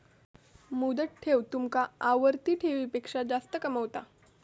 मुदत ठेव तुमका आवर्ती ठेवीपेक्षा जास्त कमावता